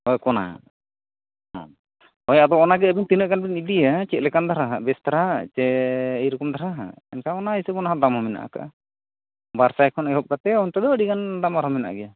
ᱦᱳᱭ ᱚᱱᱟ ᱦᱚᱸ ᱦᱳᱭ ᱟᱫᱚ ᱚᱱᱟᱜᱮ ᱟᱵᱤᱱ ᱛᱤᱱᱟᱹᱜ ᱜᱟᱱ ᱵᱤᱱ ᱤᱫᱤᱭᱟ ᱪᱮᱫ ᱞᱮᱠᱟᱱ ᱫᱷᱟᱨᱟ ᱦᱟᱸᱜ ᱵᱮᱥ ᱫᱷᱟᱨᱟ ᱦᱟᱸᱜ ᱪᱮ ᱮᱭᱨᱚᱠᱚᱢ ᱫᱷᱟᱨᱟ ᱦᱟᱸᱜ ᱮᱱᱠᱷᱟᱱ ᱚᱱᱟ ᱦᱤᱥᱟᱹᱵᱽ ᱚᱱᱟ ᱦᱚᱸ ᱫᱟᱢ ᱦᱚᱸ ᱢᱮᱱᱟᱜᱼᱟ ᱟᱠᱟᱜᱼᱟ ᱵᱟᱨ ᱥᱟᱭ ᱠᱷᱚᱱ ᱮᱦᱚᱵ ᱠᱟᱛᱮᱫ ᱚᱱᱛᱮ ᱫᱚ ᱟᱹᱰᱤ ᱜᱟᱱ ᱫᱟᱢ ᱟᱨᱦᱚᱸ ᱢᱮᱱᱟᱜ ᱜᱮᱭᱟ